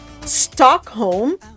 Stockholm